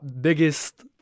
biggest